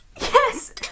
Yes